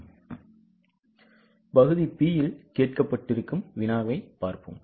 இப்போது பகுதி B யில் கேட்கப்பட்டு இருப்பதை பார்ப்போம்